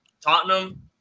Tottenham